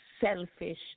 selfish